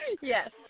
Yes